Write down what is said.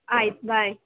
ಆಯ್ತು ಬಾಯ್